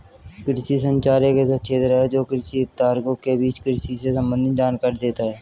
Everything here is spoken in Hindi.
कृषि संचार एक ऐसा क्षेत्र है जो कृषि हितधारकों के बीच कृषि से संबंधित जानकारी देता है